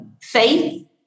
faith